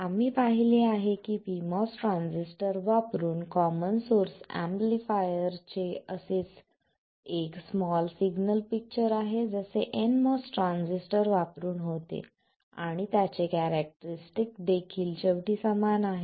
आम्ही पाहिले आहे की pMOS ट्रान्झिस्टर वापरून कॉमन सोर्स एम्पलीफायर चे असेच एक स्मॉल सिग्नल पिक्चर आहे जसे nMOS ट्रान्झिस्टर वापरून होते आणि त्याचे कॅरेक्टरीस्टिक देखील शेवटी समान आहे